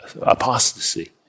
apostasy